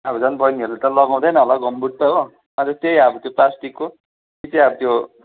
अब झन् बहिनीहरूले त लगाउँदैन होला गम्बुट त हो अन्त त्यही अब प्लास्टिकको कि चाहिँ अब त्यो